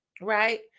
right